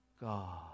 God